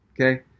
okay